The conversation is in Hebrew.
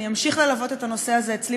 אני אמשיך ללוות את הנושא הזה אצלי,